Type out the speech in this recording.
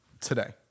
today